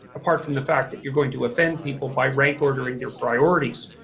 apart from the fact that you're going to offend people by rank ordering their priorities.